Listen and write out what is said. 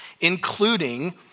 including